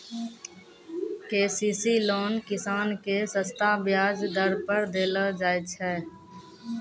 KCC loan किसान के सस्ता ब्याज दर पर देलो जाय छै